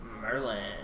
Merlin